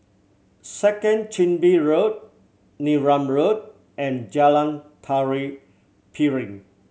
Second Chin Bee Road Neram Road and Jalan Tari Piring